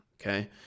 okay